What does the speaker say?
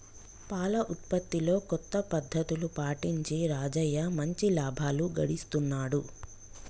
పాల ఉత్పత్తిలో కొత్త పద్ధతులు పాటించి రాజయ్య మంచి లాభాలు గడిస్తున్నాడు